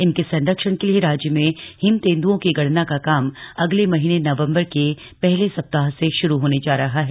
इनके सरंक्षण के लिए राज्य में हिम तेन्दुओं की गणना का काम अगले महीने नवम्बर के पहले सप्ताह से शुरू होने जा रहा है